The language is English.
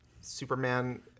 Superman